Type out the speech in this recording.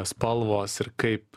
spalvos ir kaip